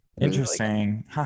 Interesting